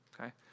okay